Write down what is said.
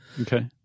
Okay